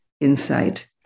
insight